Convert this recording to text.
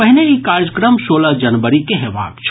पहिने ई कार्यक्रम सोलह जनवरी के हेबाक छल